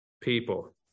people